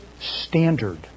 standard